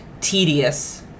tedious